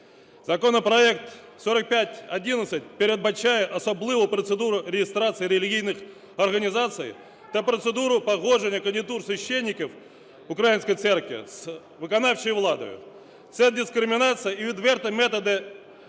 Законопроект 4511 передбачає особливу процедуру реєстрації релігійних організацій та процедуру погодження кандидатур священиків української церкви з виконавчою владою. Це дискримінація і відверті методи